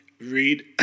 read